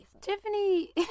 Tiffany